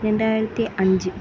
ரெண்டாயிரத்தி அஞ்சு